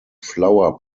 flower